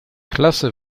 klasse